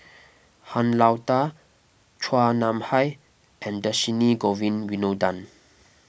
Han Lao Da Chua Nam Hai and Dhershini Govin Winodan